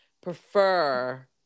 prefer